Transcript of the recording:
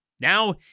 now